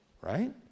right